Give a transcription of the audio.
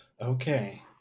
Okay